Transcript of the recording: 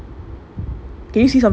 eh you know in bali